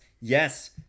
yes